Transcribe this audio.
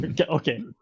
Okay